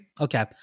Okay